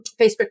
Facebook